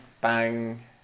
Bang